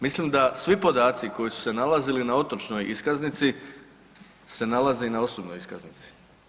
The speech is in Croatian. Mislim da svi podaci koji su se nalazili na otočnoj iskaznici se nalaze i na osobnoj iskaznici.